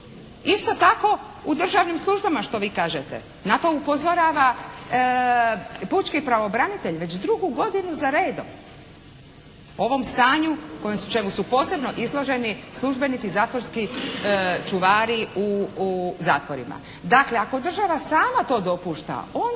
Isto tako, u državnim službama što vi kažete. Na to upozorava pučki pravobranitelj već drugu godinu za redom. O ovom stanju čemu su posebno izloženi službenici zatvorski čuvari u zatvorima. Dakle, ako država sama to dopušta onda